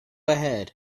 ahead